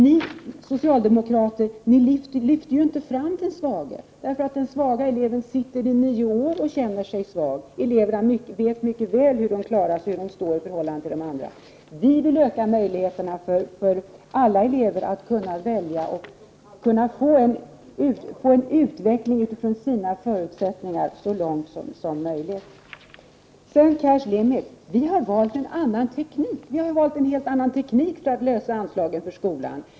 Ni socialdemokrater lyfter inte fram den svage. Den svage eleven sitter i nio år och känner sig svag. Eleverna vet mycket väl hur de klarar sig och hur de står i förhållande till de andra. Vi vill öka möjligheterna för alla att välja och få en utveckling så långt som möjligt utifrån sina förutsättningar. Vi har valt en helt annan teknik än cash limit för att lösa problemet med anslagen till skolan.